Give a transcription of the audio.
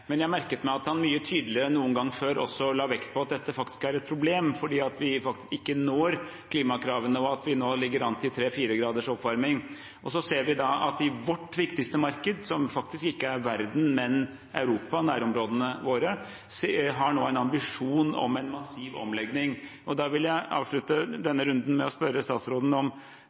Men jeg merket meg at han mye tydeligere enn noen gang før også la vekt på at dette faktisk er et problem, fordi vi ikke når klimakravene og nå ligger an til tre–fire graders oppvarming. Så ser vi at i vårt viktigste marked – som faktisk ikke er verden, men Europa, nærområdene våre – har man nå en ambisjon om en massiv omlegging. Da vil jeg avslutte denne runden med å spørre statsråden: